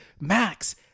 Max